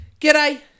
G'day